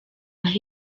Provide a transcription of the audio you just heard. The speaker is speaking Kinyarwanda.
aho